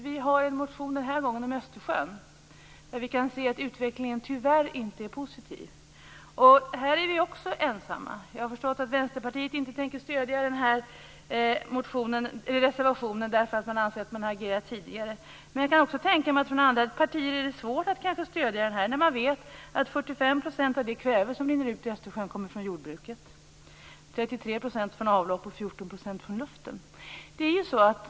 Vi har en motion den här gången om Östersjön där vi kan se att utvecklingen tyvärr inte är positiv. Här är vi också ensamma. Jag har förstått att Vänsterpartiet inte tänker stödja reservationen därför att man anser att man har agerat tidigare. Men jag kan också tänka mig att det för andra partier kan vara svårt att stödja detta. Man vet att 45 % av allt kväve som rinner ut i Östersjön kommer från jordbruket, 33 % kommer från avlopp och 14 % kommer från luften.